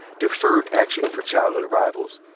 deferred action for childhood arrivals,